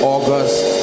August